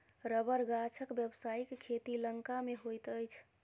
रबड़ गाछक व्यवसायिक खेती लंका मे होइत अछि